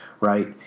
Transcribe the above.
right